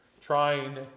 trying